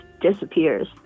disappears